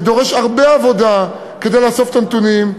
וזה דורש הרבה עבודה לאסוף את הנתונים.